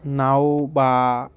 নাও বা